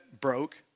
broke